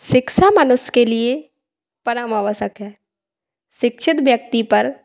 शिक्षा मनुष्य के लिए परम अवसर है शिक्षित व्यक्ति पर